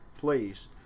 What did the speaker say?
please